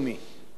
כך גם בתקשורת.